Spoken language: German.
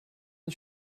ich